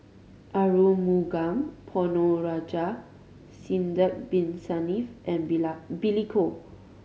Arumugam Ponnu Rajah Sidek Bin Saniff and Billy Koh